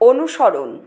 অনুসরণ